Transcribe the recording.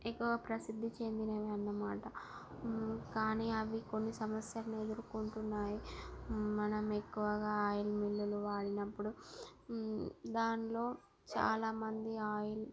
ఎక్కువ ప్రసిద్ధి చెందినవి అన్నమాట కానీ అవి కొన్ని సమస్యలను ఎదురుకొంటున్నాయి మనం ఎక్కువగా ఆయిల్ మిల్లులు వాడినప్పుడు దానిలో చాలా మంది ఆయిల్